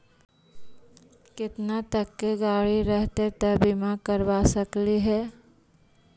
केतना तक के गाड़ी रहतै त बिमा करबा सकली हे?